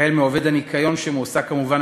החל מעובד הניקיון שמועסק כמובן,